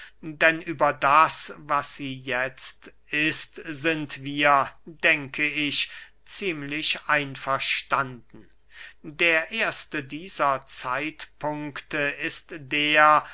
denn über das was sie jetzt ist sind wir denke ich ziemlich einverstanden der erste dieser zeitpunkte ist der